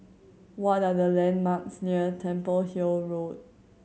what are the landmarks near Temple Hill Road